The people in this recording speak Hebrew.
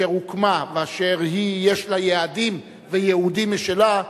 אשר הוקמה ואשר יש לה יעדים וייעודים משלה,